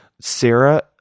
Sarah